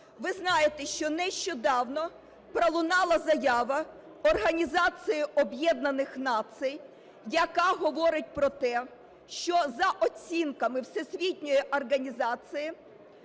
Ви знаєте, що нещодавно пролунала заява Організації Об'єднаних Націй, яка говорить про те, що за оцінками всесвітньої організації